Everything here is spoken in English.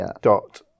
dot